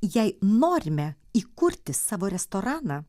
jei norime įkurti savo restoraną